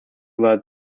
led